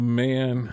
man